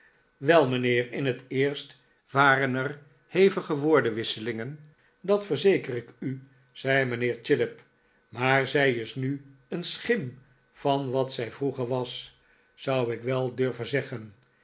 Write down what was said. wel mijnheer in t eerst waren er hevige woordenwisselingen dat verzeker ik u zei mijnheer chillip maar zij is nu een schim van wat zij vroeger was zou ik wel durven zeggen